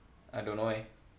I don't know eh